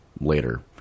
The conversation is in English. later